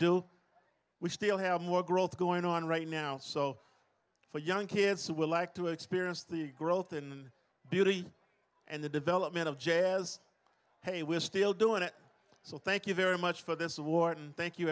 do we still have more growth going on right now so for young kids will like to experience the growth in beauty and the development of jazz hey we're still doing it so thank you very much for this war and thank you